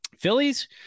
Phillies